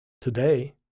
Today